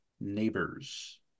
neighbors